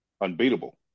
unbeatable